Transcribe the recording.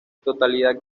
totalidad